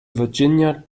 virginia